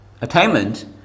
attainment